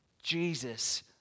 Jesus